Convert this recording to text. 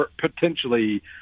potentially